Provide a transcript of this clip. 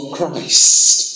Christ